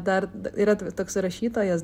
dar yra toks rašytojas